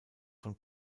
von